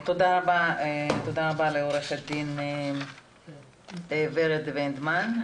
תודה רבה עו"ד ורד וינדמן.